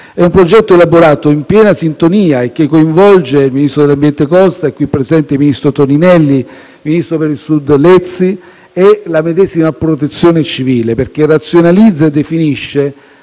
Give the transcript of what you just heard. È un progetto elaborato in piena sintonia e che coinvolge il ministro dell'ambiente Costa, il qui presente ministro Toninelli, il ministro per il Sud Lezzi e la medesima Protezione civile, perché razionalizza e definisce